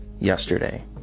yesterday